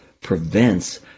prevents